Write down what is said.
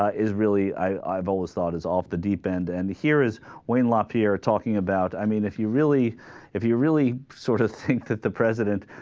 ah is really i i've always thought is off the deep end and here is wayne lapierre talking about i mean if you really if you really sorta think that the president